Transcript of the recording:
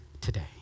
today